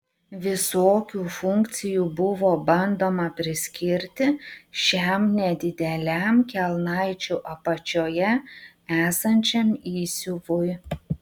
visokių funkcijų buvo bandoma priskirti šiam nedideliam kelnaičių apačioje esančiam įsiuvui